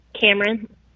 Cameron